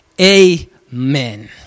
Amen